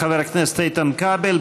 תודה לחבר הכנסת איתן כבל.